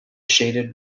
shaded